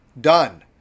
done